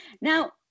Now